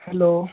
hello